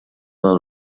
del